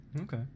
Okay